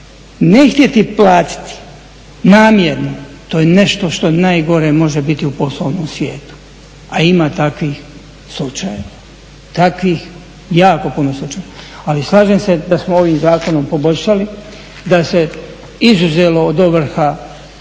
Ne htjeti platiti namjerno, to je nešto što je najgore može biti u poslovnom svijetu, a ima takvih slučajeva, takvih jako puno slučajeva. Ali slažem se da smo ovim zakonom poboljšali, da se izuzelo od ovrha